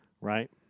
Right